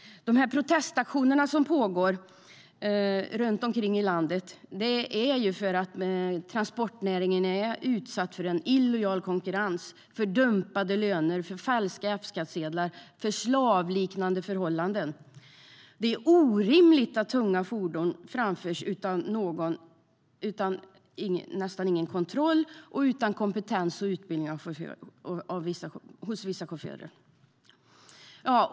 De protestaktioner som pågår runt om i landet beror på att transportnäringen är utsatt för illojal konkurrens, dumpade löner, falska F-skattsedlar, slavliknande förhållanden. Det är orimligt att tunga fordon framförs nästan utan någon kontroll och utan kompetens och utbildning hos vissa chaufförer.